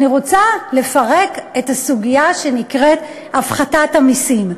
אני רוצה לפרק את הסוגיה שנקראת הפחתת המסים,